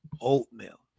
oatmeal